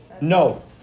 No